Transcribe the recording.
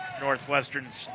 Northwestern's